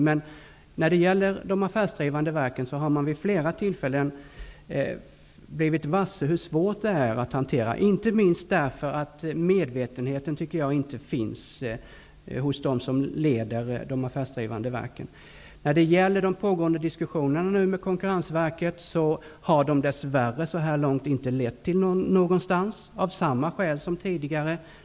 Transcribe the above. Men när det gäller de affärsdrivande verken har vi vid flera tillfällen blivit varse hur svårt detta är att hantera, inte minst därför att medvetenheten inte finns hos dem som leder de affärsdrivande verken. När det gäller de pågående diskussionerna med Konkurrensverket har de av samma skäl som tidigare, dess värre så här långt inte lett någonstans.